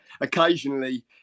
occasionally